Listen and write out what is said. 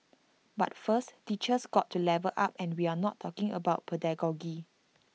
but first teachers got to level up and we are not talking about pedagogy